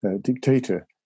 dictator